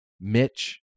Mitch